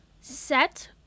set